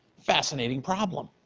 fascinating problem.